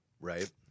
Right